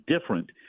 different